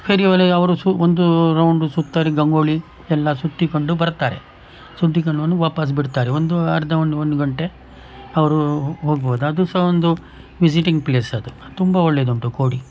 ಫೇರಿಯವರೆ ಅವರು ಸು ಒಂದು ರೌಂಡು ಸುತ್ತಾರೆ ಗಂಗೊಳ್ಳಿ ಎಲ್ಲ ಸುತ್ತಿಕೊಂಡು ಬರ್ತಾರೆ ಸುತ್ತಿಕೊಂಡು ಬಂದು ವಾಪಾಸ್ಸು ಬಿಡ್ತಾರೆ ಒಂದೂ ಅರ್ಧ ಒಂದು ಒಂದು ಗಂಟೆ ಅವರು ಹೋಗ್ಬೋದು ಅದು ಸಹ ಒಂದು ವಿಸಿಟಿಂಗ್ ಪ್ಲೇಸ್ ಅದು ತುಂಬ ಒಳ್ಳೆದುಂಟು ಕೋಡಿ